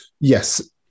yes